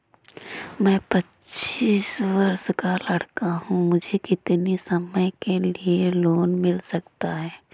मैं पच्चीस वर्ष का लड़का हूँ मुझे कितनी समय के लिए लोन मिल सकता है?